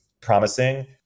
promising